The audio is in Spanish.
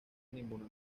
ninguna